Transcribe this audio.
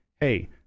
Hey